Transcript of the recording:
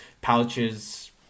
pouches